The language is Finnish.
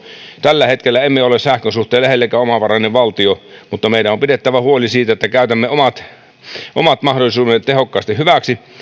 tällä hetkellä emme ole sähkön suhteen lähellekään omavarainen valtio mutta meidän on pidettävä huoli siitä että käytämme omat mahdollisuutemme tehokkaasti hyväksi